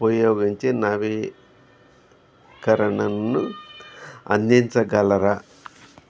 ఉపయోగించి నవీకరణను అందించగలరా